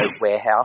Warehouse